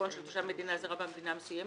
חשבון של תושב מדינה זרה במדינה מסוימת,